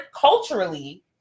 culturally